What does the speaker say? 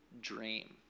dream